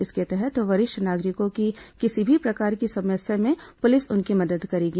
इसके तहत वरिष्ठ नागरिकों की किसी भी प्रकार की समस्या में पुलिस उनकी मदद करेगी